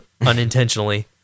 unintentionally